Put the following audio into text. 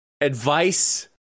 Advice